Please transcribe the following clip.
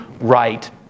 right